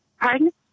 Pardon